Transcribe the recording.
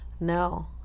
No